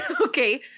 okay